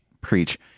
Preach